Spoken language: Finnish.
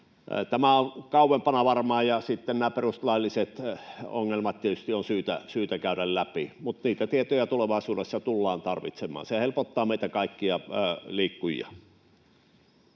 tämä on kauempana varmaan. Ja sitten nämä perustuslailliset ongelmat tietysti on syytä käydä läpi, mutta niitä tietoja tulevaisuudessa tullaan tarvitsemaan. Se helpottaa meitä kaikkia liikkujia.